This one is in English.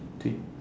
twent~